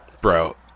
Bro